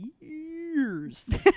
years